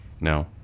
No